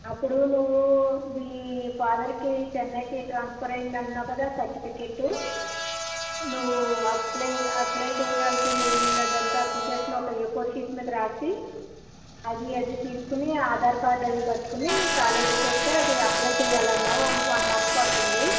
అప్పుడు నువ్వు మీ ఫాదర్కి చెన్నైకి ట్రాన్స్ఫర్ అయిందన్నావు కదా సర్టిఫికెట్టు నువ్వు అప్లై అప్లై చెయ్యాల్సిందేముంది అదంతా అప్లికేషన్ ఒక ఏ ఫోర్ షీట్ మీద రాసి అది అది తీసుకుని ఆధార్ కార్డ్ అవి పట్టుకుని కాలేజీకొస్తే అది అప్లై చెయ్యాలమ్మా వన్ వన్ మంత్ పడుతుంది